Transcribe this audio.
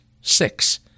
six